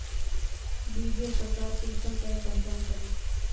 बीजेर प्रकार कुंसम करे पहचान करूम?